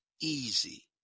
easy